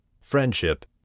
friendship